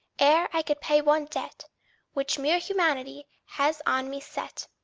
ere i can pay one debt which mere humanity has on me set!